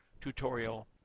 tutorial